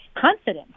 confidence